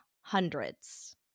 hundreds